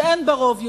שאין בה רוב יהודי,